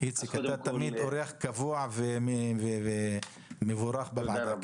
איציק, אתה אורח קבוע ומבורך בוועדה.